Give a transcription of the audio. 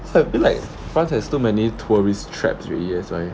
so I feel like france has too many tourist traps already that's why